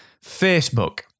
Facebook